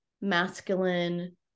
masculine